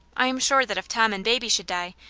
i am sure that if, tom and baby should die,